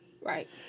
Right